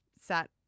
sat